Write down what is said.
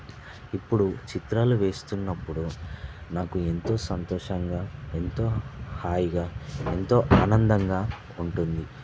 ఇప్పుడు చిత్రాలు వేస్తున్నప్పుడు నాకు ఎంతో సంతోషంగా ఎంతో హాయిగా ఎంతో ఆనందంగా ఉంటుంది